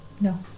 No